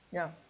ya